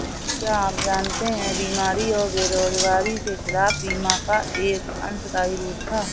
क्या आप जानते है बीमारी और बेरोजगारी के खिलाफ बीमा का एक अंशदायी रूप था?